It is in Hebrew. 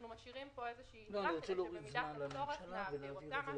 אנחנו משאירים פה איזושהי יתרה כדי שבמידת הצורך נעביר אותה.